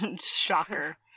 Shocker